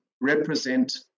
represent